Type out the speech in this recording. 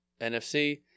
NFC